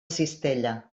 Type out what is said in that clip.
cistella